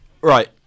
Right